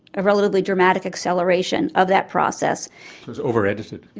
a relatively dramatic acceleration of that process. it was over-edited.